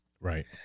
right